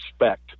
respect